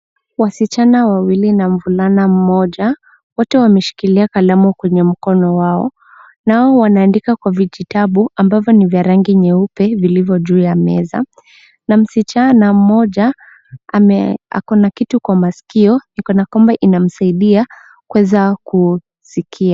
Wasichana wawili na mvulana mmoja. Wote wameshikilia kalamu kwenye mkono wao. Nao wanaandikwa kwa vijitabu, ambavyo ni vya rangi nyeupe, vilivyo juu ya meza, na msichana mmoja, ako na kitu kwa masikio, ni kana kwamba inamsaidia kuweza kusikia.